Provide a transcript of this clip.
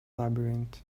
labyrinth